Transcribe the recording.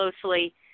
closely